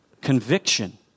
Conviction